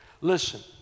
Listen